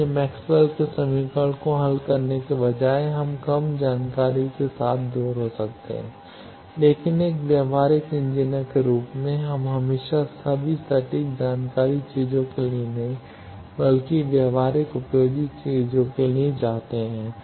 इसलिए मैक्सवेल के समीकरण को हल करने के बजाय हम कम जानकारी के साथ दूर हो सकते हैं लेकिन एक व्यावहारिक इंजीनियर के रूप में हम हमेशा सभी सटीक जानकारी चीजों के लिए नहीं बल्कि व्यावहारिक उपयोगी चीजों के लिए जाते हैं